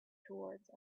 towards